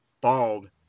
bald